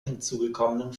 hinzugekommenen